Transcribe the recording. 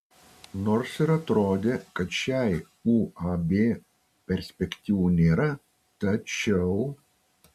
nors ir atrodė kad šiai uab perspektyvų nėra tačiau